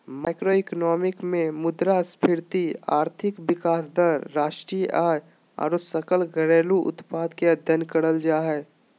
macroeconomics मे मुद्रास्फीति, आर्थिक विकास दर, राष्ट्रीय आय आरो सकल घरेलू उत्पाद के अध्ययन करल जा हय